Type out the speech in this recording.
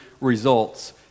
results